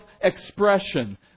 expression